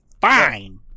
fine